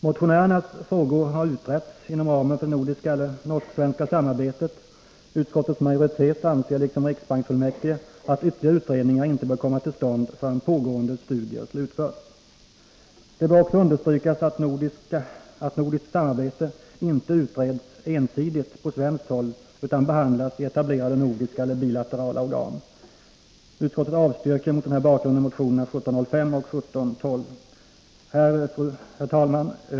Motionärernas frågor har utretts inom ramen för det nordiska eller det norsk-svenska samarbetet. Utskottets majoritet anser liksom riksbanksfullmäktige att ytterligare utredningar inte bör komma till stånd förrän pågående studier slutförts. Det bör också understrykas att nordiskt samarbete inte utreds ensidigt på svenskt håll utan behandlas i etablerade nordiska eller bilaterala organ. Utskottet avstyrker mot den här bakgrunden motionerna 1705 och 1712. Herr talman!